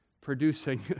producing